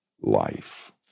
life